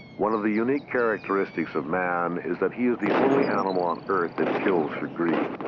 one of the unique characteristics of man is that he is the only animal on earth that kills for greed.